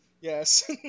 Yes